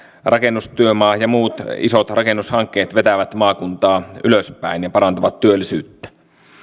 rakennustyömaa ja muut isot rakennushankkeet vetävät maakuntaa ylöspäin ja parantavat työllisyyttä